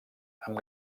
amb